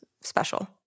special